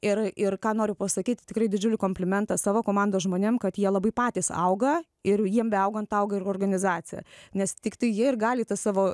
ir ir ką noriu pasakyti tikrai didžiulį komplimentą savo komandos žmonėm kad jie labai patys auga ir jiem beaugant auga ir organizacija nes tiktai jie ir gali tas savo